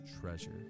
treasure